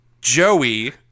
Joey